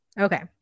okay